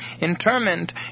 interment